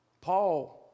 Paul